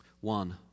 One